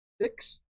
six